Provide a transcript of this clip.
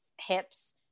hips